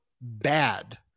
bad